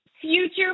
Future